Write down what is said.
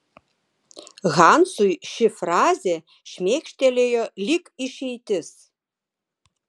hansui ši frazė šmėkštelėjo lyg išeitis